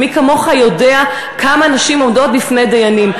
מי כמוך יודע כמה נשים עומדות בפני דיינים.